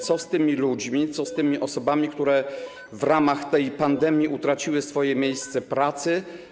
Co z tymi ludźmi, co z tymi osobami, które w ramach tej pandemii utraciły miejsce pracy?